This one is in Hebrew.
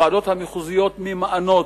הוועדות המחוזיות ממאנות,